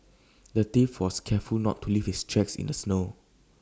the thief was careful to not leave his tracks in the snow